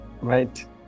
Right